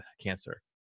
cancer